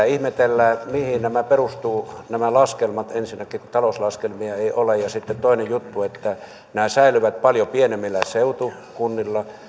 ihmetellään mihin nämä laskelmat perustuvat ensinnäkin talouslaskelmia ei ole ja sitten toinen juttu on että nämä säilyvät paljon pienemmillä seutukunnilla